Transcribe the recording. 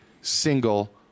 single